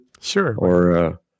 sure